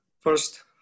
First